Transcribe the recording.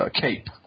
cape